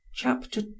Chapter